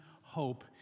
hope